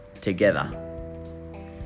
together